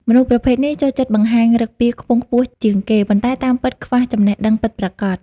មនុស្សប្រភេទនេះចូលចិត្តបង្ហាញឫកពាខ្ពង់ខ្ពស់ជាងគេ ប៉ុន្តែតាមពិតខ្វះចំណេះដឹងពិតប្រាកដ។